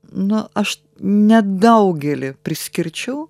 nu aš nedaugelį priskirčiau